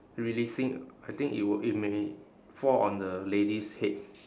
releasing I think it will it may fall on the lady's head